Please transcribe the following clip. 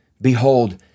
Behold